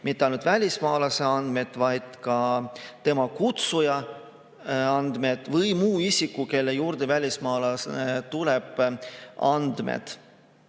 mitte ainult välismaalase andmed, vaid ka tema kutsuja andmed või muu isiku andmed, kelle juurde välismaalane tuleb.